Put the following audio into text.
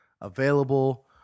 Available